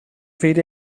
fyd